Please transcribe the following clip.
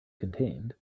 contained